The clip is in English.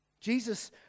Jesus